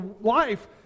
life